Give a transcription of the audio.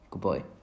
Goodbye